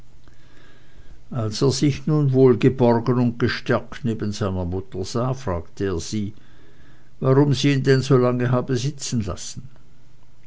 als er sich nun wohlgeborgen und gestärkt neben seiner mutter sah fragte er sie warum sie ihn denn so lange habe sitzen lassen